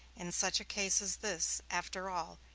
in such a case as this, after all,